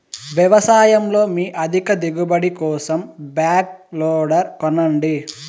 వ్యవసాయంలో మీ అధిక దిగుబడి కోసం బ్యాక్ లోడర్ కొనండి